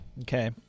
Okay